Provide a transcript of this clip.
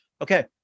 Okay